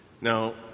Now